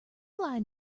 fly